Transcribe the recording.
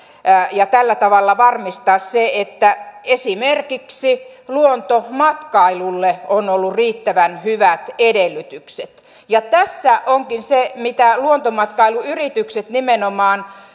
ja tällä tavalla varmistaa se että esimerkiksi luontomatkailulle on ollut riittävän hyvät edellytykset ja tässä onkin se mitä luontomatkailuyritykset nimenomaan